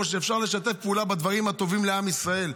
שאפשר לשתף פעולה בדברים הטובים לעם ישראל,